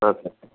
చెప్పండి